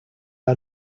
are